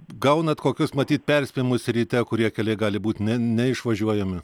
gaunat kokius matyt perspėjimus ryte kurie keliai gali būt ne neišvažiuojami